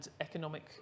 economic